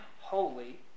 holy